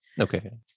Okay